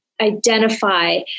identify